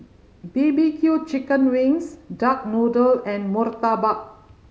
B B Q chicken wings duck noodle and murtabak